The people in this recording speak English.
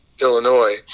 Illinois